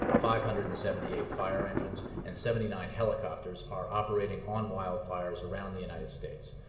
five hundred and seventy eight fire engines, and seventy nine helicopters are operating on wildfires around the united states.